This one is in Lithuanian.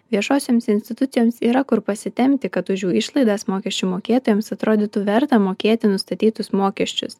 viešosioms institucijoms yra kur pasitempti kad už išlaidas mokesčių mokėtojams atrodytų verta mokėti nustatytus mokesčius